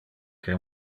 que